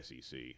SEC